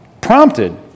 prompted